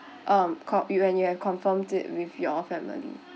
um co~ you when you have confirmed it with your family